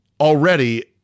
Already